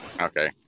Okay